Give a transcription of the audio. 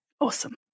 Awesome